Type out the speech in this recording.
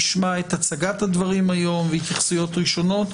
נשמע את הצגת הדברים היום והתייחסויות ראשונות,